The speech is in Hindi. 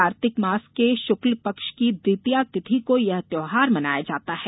कार्तिक मास के शुक्ल पक्ष की द्वितीया तिथि को यह त्योहार मनाया जाता है